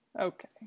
Okay